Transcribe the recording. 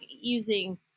using